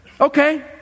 okay